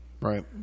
right